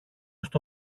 στο